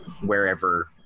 wherever